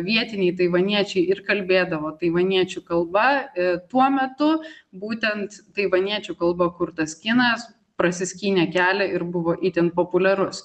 vietiniai taivaniečiai ir kalbėdavo taivaniečių kalba tuo metu būtent taivaniečių kalba kurtas kinas prasiskynė kelią ir buvo itin populiarus